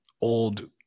old